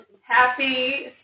Happy